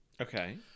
Okay